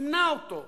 ימנע אותו.